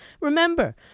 Remember